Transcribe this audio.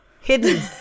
Hidden